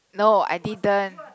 no I didn't